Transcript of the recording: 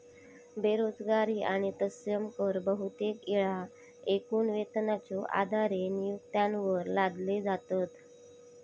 बेरोजगारी आणि तत्सम कर बहुतेक येळा एकूण वेतनाच्यो आधारे नियोक्त्यांवर लादले जातत